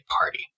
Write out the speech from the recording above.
Party